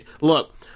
look